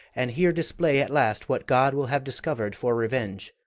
and here display at last what god will have discovered for revenge.